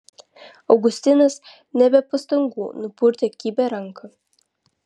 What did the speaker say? augustinas ne be pastangų nupurtė kibią ranką